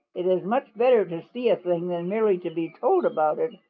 it is much better to see a thing than merely to be told about it,